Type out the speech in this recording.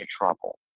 trouble